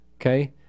Okay